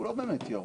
הוא לא באמת ירוק.